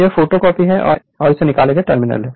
यह फोटोकॉपी है और ये निकाले गए टर्मिनल हैं